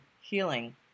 healing